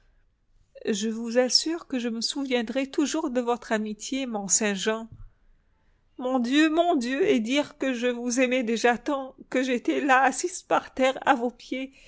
je vous assure que je me souviendrai toujours de votre amitié mont-saint-jean mon dieu mon dieu et dire que je vous aimais déjà tant quand j'étais là assise par terre à vos pieds